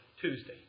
Tuesday